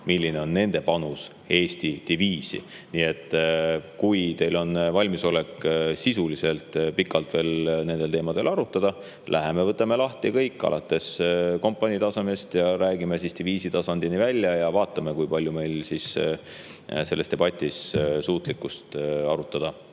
milline on nende panus Eesti diviisi. Nii et kui teil on valmisolek veel sisuliselt pikalt nendel teemadel arutada, läheme võtame lahti kõik [teemad] alates kompanii tasemest kuni diviisi tasandini välja ja vaatame, kui palju meil siis selles debatis suutlikkust arutada